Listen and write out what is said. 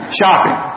shopping